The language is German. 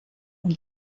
und